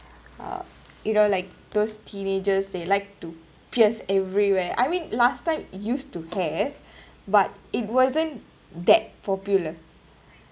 uh you know like those teenagers they like to pierce everywhere I mean last time used to have but it wasn't that popular